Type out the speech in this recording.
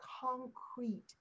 concrete